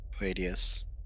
radius